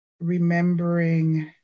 remembering